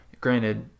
Granted